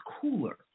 cooler